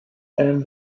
and